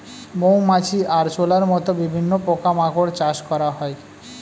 মৌমাছি, আরশোলার মত বিভিন্ন পোকা মাকড় চাষ করা হয়